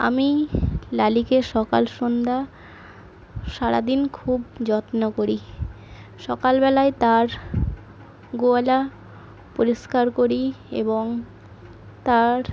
আমি লালিকে সকাল সন্ধ্যা সারা দিন খুব যত্ন করি সকালবেলায় তার গোয়ালা পরিষ্কার করি এবং তার